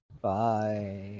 Bye